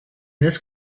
this